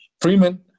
Freeman